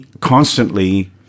constantly